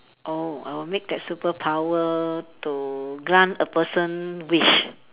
oh I'll make that superpower to grant a person wish